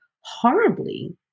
horribly